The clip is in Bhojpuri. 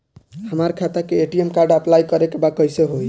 हमार खाता के ए.टी.एम कार्ड अप्लाई करे के बा कैसे होई?